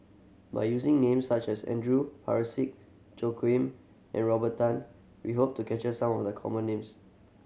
by using names such as Andrew Parsick Joaquim and Robert Tan we hope to capture some of the common names